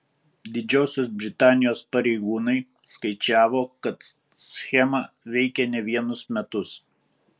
didžiosios britanijos pareigūnai skaičiavo kad schema veikė ne vienus metus